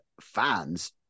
fans